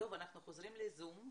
אנחנו חוזרים ל-זום.